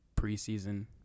preseason